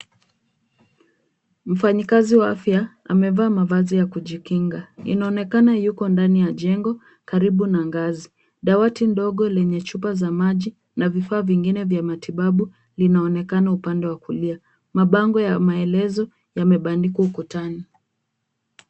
Mfanyikazi wa afya amevaa mavazi ya kujikinga. Inaonekana yuko ndani ya jengo karibu na ngazi. Dawati ndogo lenye chupa za maji na vifaa vingine vya matibabu linaonekana upande wa kulia. Mabango ya maelezo yamebandikwa ukutani.